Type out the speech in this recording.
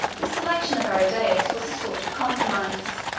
the selection of aridaeus was a sort of compromise.